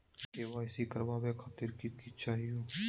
KYC करवावे खातीर कि कि चाहियो?